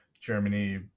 Germany